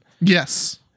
Yes